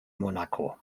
monaco